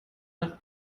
nach